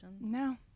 No